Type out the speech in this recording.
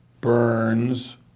Burns